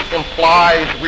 implies